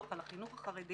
שהוא דוח ממש מעכשיו,